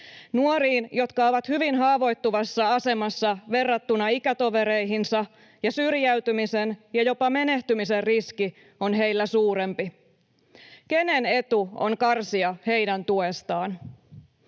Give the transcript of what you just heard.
nuoriin, jotka ovat hyvin haavoittuvassa asemassa verrattuna ikätovereihinsa ja joilla syrjäytymisen ja jopa menehtymisen riski on suurempi. Kenen etu on karsia heidän tuestaan?